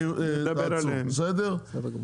תעצרו, בסדר?